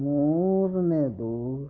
ಮೂರನೇದು